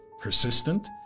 persistent